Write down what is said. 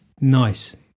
nice